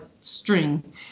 string